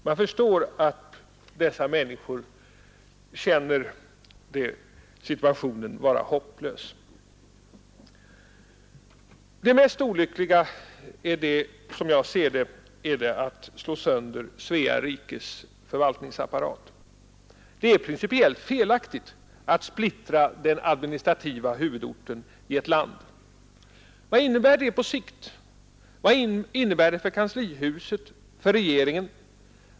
Jag förstår att dessa människor upplever situationen som hopplös. Det mest olyckliga, som jag ser det, är att slå sönder Svea rikes förvaltningsapparat. Det är principiellt felaktigt att splittra den administrativa huvudorten i ett land. Vad innebär det på sikt? Vad innebär det för kanslihuset och regeringen?